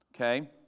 Okay